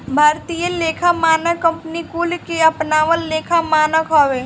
भारतीय लेखा मानक कंपनी कुल के अपनावल लेखा मानक हवे